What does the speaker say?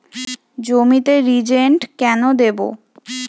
জমিতে রিজেন্ট কেন দেবো?